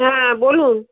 হ্যাঁ বলুন